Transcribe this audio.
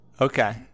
Okay